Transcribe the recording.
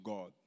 God